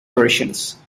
versions